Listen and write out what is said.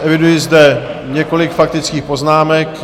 Eviduji zde několik faktických poznámek.